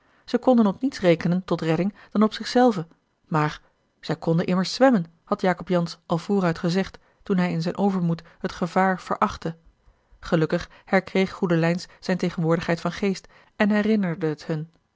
ze konden op niets rekenen tot redding dan op zich zelven maar zij konden immers zwemmen had jacob jansz al vooruit gezegd toen hij in zijn overmoed het gevaar verachtte gelukkig herkreeg goedelijns zijne tegenwoordigheid van geest en herinnerde het hun